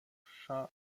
chat